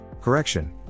Correction